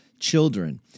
children